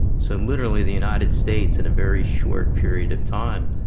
so literally, the united states, in a very short period of time,